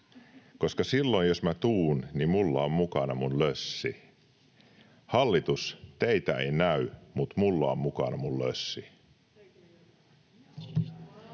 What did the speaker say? Koska silloin, jos mä tuun, niin mulla on mukana mun lössi. Hallitus, teitä ei näy, mut mulla on mukana mun lössi.